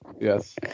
Yes